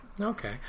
Okay